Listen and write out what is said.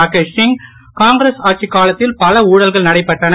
Rakesh Singh Congress ஆட்சிக் காலத்தில் பல ஊழல்கள் நடைபெற்றன